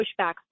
pushback